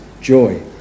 joy